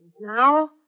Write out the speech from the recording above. now